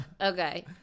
Okay